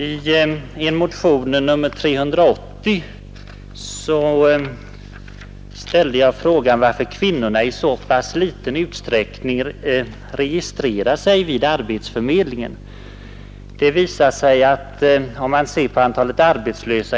I motion nr 380 ställde jag en annan fråga, nämligen varför kvinnorna i så liten utsträckning registrerar sig vid arbetsförmedlingarna.